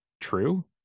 true